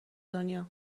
دنیا